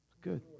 good